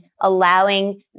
allowing